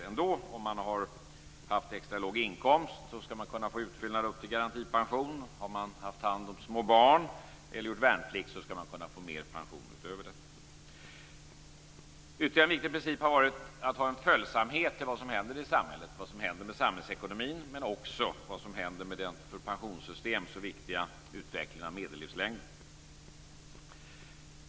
Om man har haft extra låg inkomst skall man kunna få en utfyllnad upp till garantipension. Om man har haft hand om små barn eller gjort värnplikt skall man kunna få mer i pension utöver detta. Ytterligare en viktig princip har varit att ha en följsamhet i vad som händer i samhället och samhällsekonomin men också vad som händer med den för pensionssystem så viktiga utvecklingen av medellivslängden.